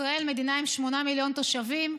ישראל מדינה עם 8 מיליון תושבים,